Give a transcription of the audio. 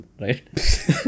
Right